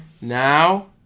Now